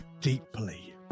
deeply